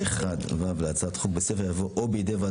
סעיף 2(ג)(3) להצעת חוק באופן מכוון מזון יבוא "או בזדון".